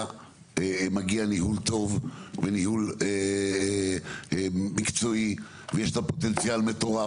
מגיע ניהול טוב וניהול מקצועי ויש לה פוטנציאל מטורף.